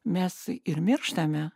mes ir mirštame